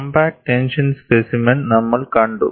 compact tension specimen നമ്മൾ കണ്ടു